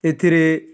ଏଥିରେ